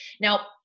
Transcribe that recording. Now